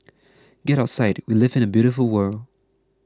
get outside we live in a beautiful world